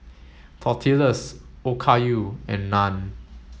Tortillas Okayu and Naan